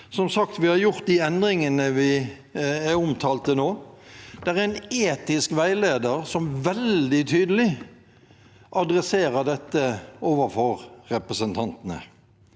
vi har gjort de endringene jeg omtalte nå. Det er en etisk veileder som veldig tydelig adresserer dette overfor representantene.